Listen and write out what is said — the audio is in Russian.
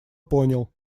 понял